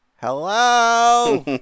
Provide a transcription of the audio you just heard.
Hello